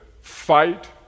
fight